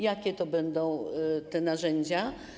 Jakie to będą narzędzia?